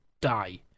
die